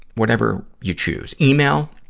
whatever you choose. email.